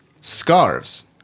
Scarves